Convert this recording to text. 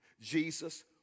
Jesus